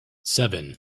seven